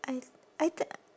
I I d~